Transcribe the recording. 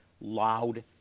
loud